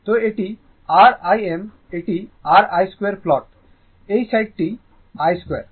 তো এটি r Im এটি r i2 প্লট এই সাইডটি i2